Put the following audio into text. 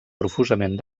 profusament